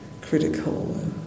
critical